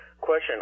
question